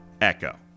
Echo